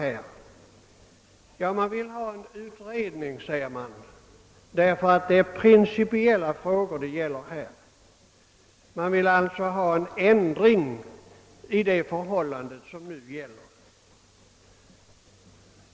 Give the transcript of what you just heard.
De vill ha en utredning därför att detta gäller principiella frågor. De vill ha en ändring i det förhållande som nu gäller.